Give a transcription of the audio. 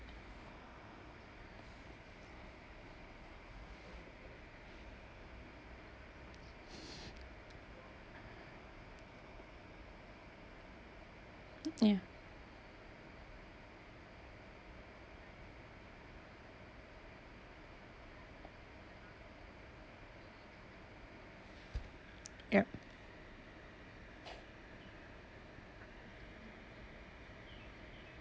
ya yup